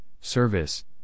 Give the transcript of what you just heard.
service